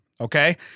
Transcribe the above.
Okay